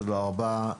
תודה רבה.